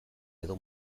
edo